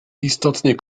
istotnie